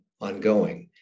ongoing